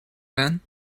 then